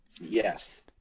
Yes